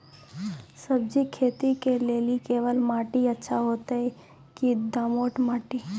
सब्जी खेती के लेली केवाल माटी अच्छा होते की दोमट माटी?